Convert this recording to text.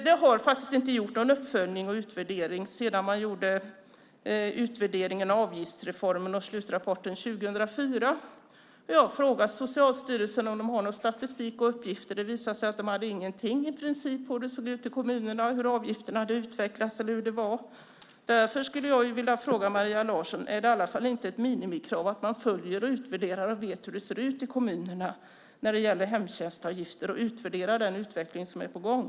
Det har inte gjorts någon uppföljning eller utvärdering sedan utvärderingen av avgiftsreformen och slutrapporten 2004. Jag har frågat Socialstyrelsen om de har någon statistik eller andra uppgifter och det visar sig att de i princip inte har någonting om hur det ser ut i kommunerna och hur avgifterna har utvecklats. Därför skulle jag vilja fråga Maria Larsson om inte uppföljning och utvärdering bör vara ett minimikrav så att man vet hur det ser ut i kommunerna när det gäller hemtjänstavgifter, att man alltså utvärderar den utveckling som är på gång.